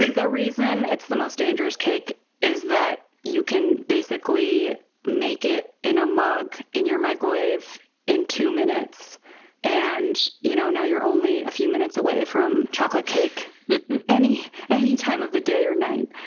the the reason it's the most dangerous cake is that you can basically make it in a mug in your microwave in two minutes and you know now you're only a few minutes away from chocolate cake any any time of the day or night.